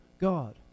God